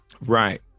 Right